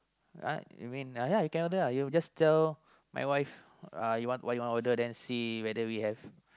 uh you mean uh ya you can order uh you just tell my wife uh you want what you want order then see whether we have